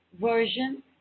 version